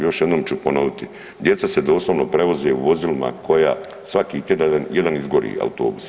Još jednom ću ponoviti, djeca se doslovno prevoze u vozilima koja svaki tjedan jedan izgori autobus.